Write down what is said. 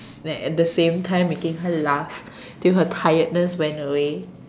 then at the same time making her laugh till her tiredness went away